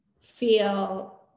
feel